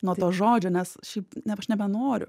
nuo to žodžio nes šiaip ne aš nebenoriu